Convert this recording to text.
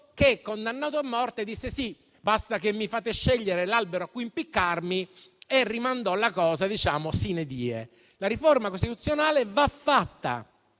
che, condannato a morte, disse "Sì, basta che mi fate scegliere l'albero a cui impiccarmi" e rimandò la cosa *sine die*. La riforma costituzionale va